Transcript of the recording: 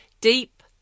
Deep